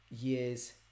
years